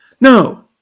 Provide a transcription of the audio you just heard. No